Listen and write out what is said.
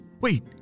wait